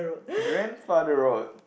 grandfather road